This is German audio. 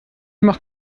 macht